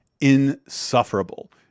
insufferable